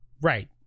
Right